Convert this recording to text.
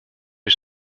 die